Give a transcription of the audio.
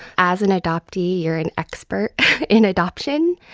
as an adoptee, you're an expert in adoption.